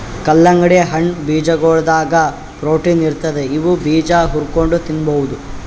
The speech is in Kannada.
ಕಲ್ಲಂಗಡಿ ಹಣ್ಣಿನ್ ಬೀಜಾಗೋಳದಾಗ ಪ್ರೊಟೀನ್ ಇರ್ತದ್ ಇವ್ ಬೀಜಾ ಹುರ್ಕೊಂಡ್ ತಿನ್ಬಹುದ್